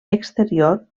exterior